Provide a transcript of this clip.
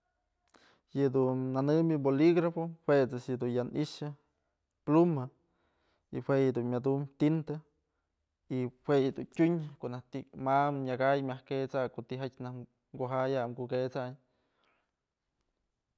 Yëdun nënëmbyë boligrafo, jue ëjt's dun ya ni'ixë pluma y jue yëdun mya dum tinta y jue yëdun tyun ko'o naj ti'i ma myak jay myaj ket'sayn, ko'o tijatyë kujay kukësanyë.